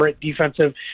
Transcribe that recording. defensive